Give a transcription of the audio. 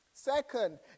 Second